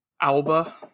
Alba